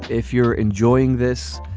if you're enjoying this,